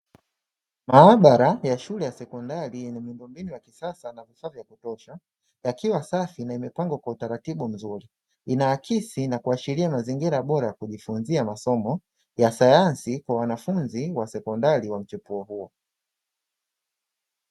Maabara ya shule ya sekondari yenye miundombinu ya kisasa na vifaa vya kutosha, ikiwa safi na imepangwa kwa utaratibu mzuri, inaakisi na kuashiria mazingira bora ya kujifunzia masomo ya sayansi ya wanafunzi wa sekondari wa mchepuo huo.